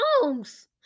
songs